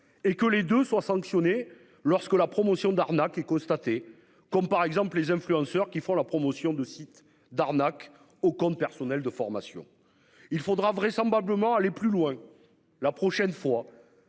et que les deux soient sanctionnés. Lorsque la promotion d'arnaque et constater comme par exemple les influenceurs qui font la promotion de sites d'arnaque au compte personnel de formation, il faudra vraisemblablement aller plus loin. La prochaine fois.